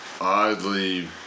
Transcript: Oddly